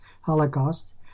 Holocaust